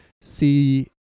see